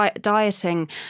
dieting